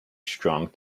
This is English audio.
strong